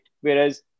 Whereas